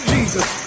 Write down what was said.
Jesus